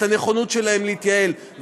את הנכונות שלהם להתייעל,